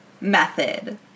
method